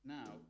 Now